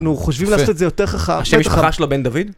נו, חושבים לעשות את זה יותר חכם. השם משפחה שלו בן דוד?